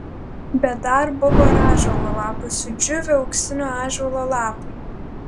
bet dar buvo ir ąžuolo lapai sudžiūvę auksinio ąžuolo lapai